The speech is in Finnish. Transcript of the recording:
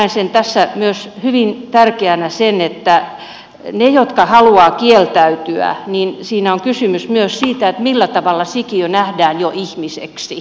näen tässä myös hyvin tärkeänä sen että niille jotka haluavat kieltäytyä siinä on kysymys myös siitä millä tavalla sikiö nähdään jo ihmiseksi